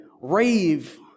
rave